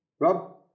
Rob